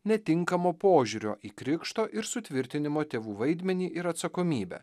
netinkamo požiūrio į krikšto ir sutvirtinimo tėvų vaidmenį ir atsakomybę